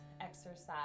exercise